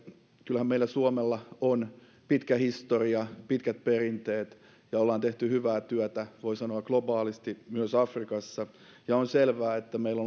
kyllähän meillä suomella on pitkä historia pitkät perinteet ja ollaan tehty hyvää työtä voi sanoa globaalisti myös afrikassa ja on selvää että meillä